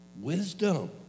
Wisdom